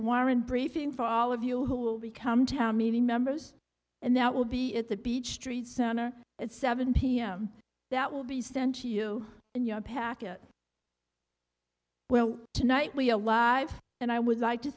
warren briefing for all of you who will become town meeting members and that will be at the beach street center at seven pm that will be sent to you and your package well tonight we alive and i would like to